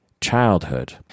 childhood